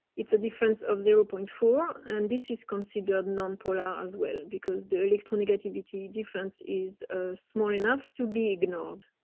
it's a difference of zero point four and this is considered non polar as well and because the electronic activity difference is small enough to be ignored.